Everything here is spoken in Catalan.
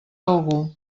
algú